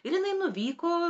ir jinai nuvyko